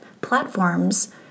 platforms